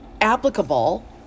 applicable